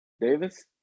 Davis